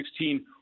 2016